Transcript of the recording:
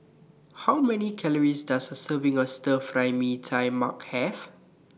How Many Calories Does A Serving of Stir Fry Mee Tai Mak Have